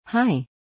Hi